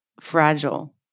fragile